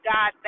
God